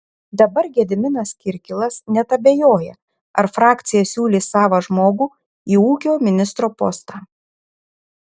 dabar gediminas kirkilas net abejoja ar frakcija siūlys savą žmogų į ūkio ministro postą